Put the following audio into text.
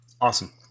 Awesome